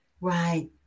Right